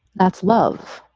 that's love,